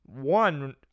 one